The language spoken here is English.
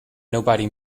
nobody